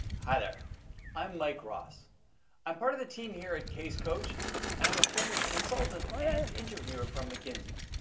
hi there i'm mike ross i'm part of the team here at casecoach and i'm a former consultant and interviewer from mckinsey